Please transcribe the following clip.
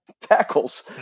tackles